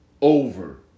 over